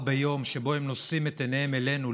ביום שבו הם נושאים את עיניהם אלינו,